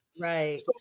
Right